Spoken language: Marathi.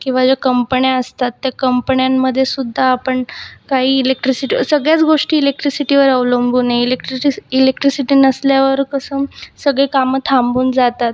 किंवा ज्या कंपण्या असतात त्या कंपण्यांमध्येसुद्धा आपण काही इलेक्ट्रिसिट सगळ्याच गोष्टी इलेक्ट्रिसिटीवर अवलंबून आहे इलेक्ट्रिसिसी इलेक्ट्रिसिटी नसल्यावर कसं सगळे कामं थांबून जातात